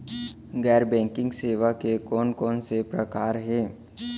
गैर बैंकिंग सेवा के कोन कोन से प्रकार हे?